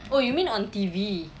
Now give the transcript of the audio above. oh you mean on T_V